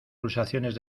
pulsaciones